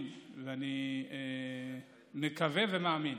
אני מקווה ומאמין